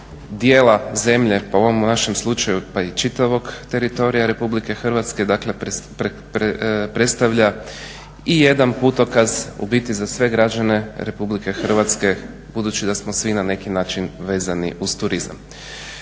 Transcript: dijela zemlje po ovom našem slučaju pa i čitavog teritorija Republike Hrvatske. Dakle, predstavlja i jedan putokaz u biti za sve građane Republike Hrvatske budući da smo svi na neki način vezani uz turizam.